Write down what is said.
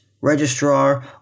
registrar